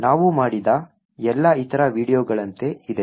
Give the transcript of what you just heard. ನಾವು ಮಾಡಿದ ಎಲ್ಲಾ ಇತರ ವೀಡಿಯೊಗಳಂತೆ ಇದೆ